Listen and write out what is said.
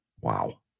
Wow